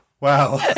Wow